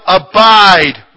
abide